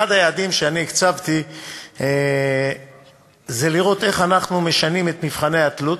אחד היעדים שאני הצבתי זה לראות איך משנים את מבחני התלות.